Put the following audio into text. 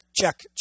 check